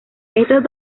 estos